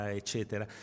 eccetera